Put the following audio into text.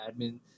admin